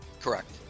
Correct